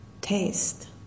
taste